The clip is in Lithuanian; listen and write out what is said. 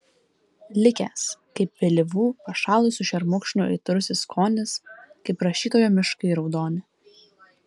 likęs kaip vėlyvų pašalusių šermukšnių aitrusis skonis kaip rašytojo miškai raudoni